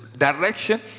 Direction